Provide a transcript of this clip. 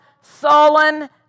sullen